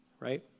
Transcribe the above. right